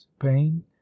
pain